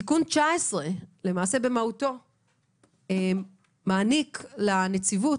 תיקון 19 במהותו מעניק לנציבות,